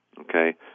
Okay